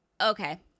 okay